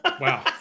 wow